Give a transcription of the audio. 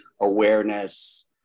awareness